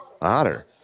Otter